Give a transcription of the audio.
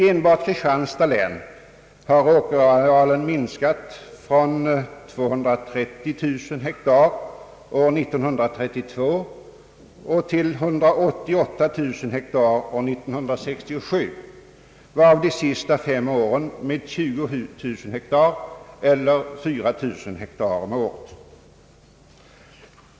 Enbart i Kristianstads län har åkerarealen minskat från 230 000 hektar år 1932 till 188 000 hektar år 1967, varav de senaste fem åren med 20 0900 hektar eller 4 000 hektar om året.